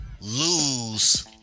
lose